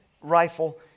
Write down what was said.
rifle